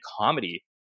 comedy